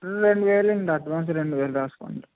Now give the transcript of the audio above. full enjoy లెండి advance రెండు వేలు రాసుకోండి